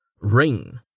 Ring